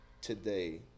today